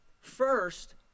first